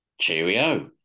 cheerio